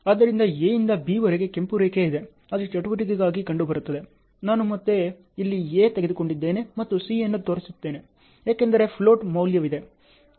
ಆದ್ದರಿಂದ A ಯಿಂದ B ವರೆಗೆ ಕೆಂಪು ರೇಖೆ ಇದೆ ಅದು ಚಟುವಟಿಕೆ D ಗಾಗಿ ಕಂಡುಬರುತ್ತದೆ ನಾನು ಮತ್ತೆ ಇಲ್ಲಿ A ತೆಗೆದುಕೊಂಡಿದ್ದೇನೆ ಮತ್ತು C ಅನ್ನು ತೋರಿಸುತ್ತೇನೆ ಏಕೆಂದರೆ ಫ್ಲೋಟ್ ಮೌಲ್ಯವಿದೆ